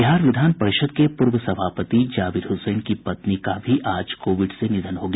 बिहार विधान परिषद् के पूर्व सभापति जाबिर हुसैन की पत्नी का भी आज कोविड से निधन हो गया